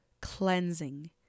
cleansing